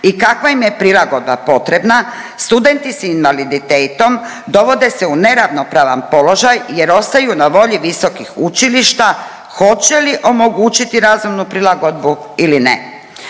i kakva im je prilagodba potrebna. Studenti sa invaliditetom dovode se u neravnopravan položaj jer ostaju na volji visokih učilišta. Hoće li omogućiti razumnu prilagodbu ili ne.